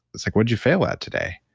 it's like, what'd you fail at today?